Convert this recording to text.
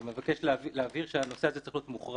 אני מבקש להבהיר שהנושא הזה צריך להיות מוחרג.